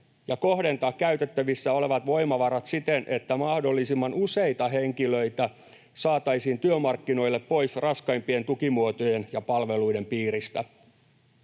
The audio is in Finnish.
ja kohdentaa käytettävissä olevat voimavarat siten, että mahdollisimman useita henkilöitä saataisiin työmarkkinoille pois raskaimpien tukimuotojen ja ‑palveluiden piiristä.